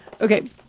Okay